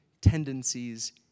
tendencies